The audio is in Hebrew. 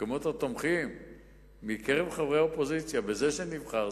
מספר התומכים מקרב חברי האופוזיציה בזה שנבחר,